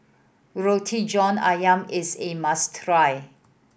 Roti John Ayam is a must